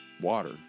water